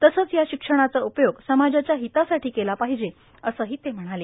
तसंच या शिक्षणाचा उपयोग समाजाच्या हितासाठी केला पाहिजे असंही ते म्हणाले